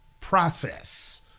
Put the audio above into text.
process